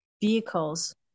vehicles